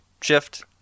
shift